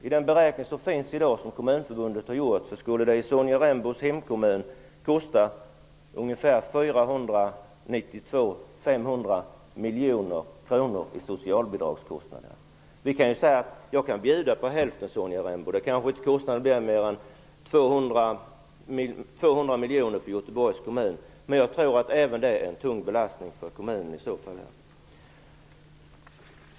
I den beräkning som Kommunförbundet har gjort skulle det i Sonja Rembos hemkommun kosta ungefär 500 miljoner kronor i socialbidrag. Jag kan bjuda på hälften, Sonja Rembo. Kostnaden för Göteborgs kommun kanske inte blir mer än 200 miljoner. Men jag tror att även det blir en tung belastning på kommunen.